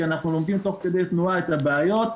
כי אנחנו לומדים תוך כדי תנועה את הבעיות,